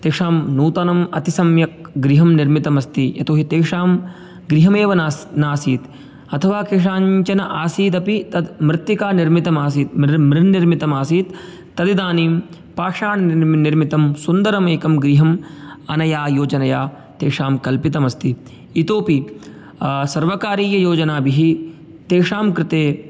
तेषां नूतनम् अतिसम्यक् गृहं निर्मितमस्ति यतोहि तेषां गृहमेव नास् नासीत् अथवा केषाञ्चन आसीदपि तत् मृत्तिकानिर्मितम् आसीत् मृन् मृन्निर्मितं आसीत् तदिदानीं पाषाणनिर्मितं सुन्दरम् एकं गृहं अनया योजनया तेषां कल्पितम् अस्ति इतोपि सर्वकारीययोजनाभिः तेषां कृते